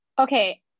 Okay